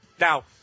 Now